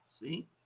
see